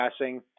passing